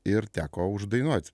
ir teko uždainuot